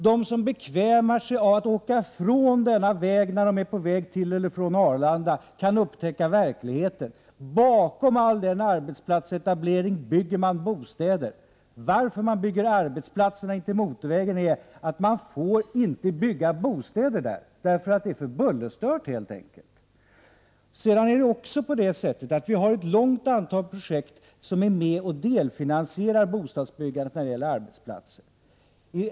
Den som bekvämar sig att åka från denna väg till eller från Arlanda kan upptäcka verkligheten: bakom all denna arbetsplatsetablering byggs bostäder! Anledningen till att man bygger arbetsplatser intill vägen är helt enkelt att man inte får bygga bostäder där eftersom de skulle bli alltför bullerstörda. Vi har också ett stort antal projekt som är med och delfinansierar bostadsbyggandet och arbetsplatser.